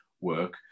work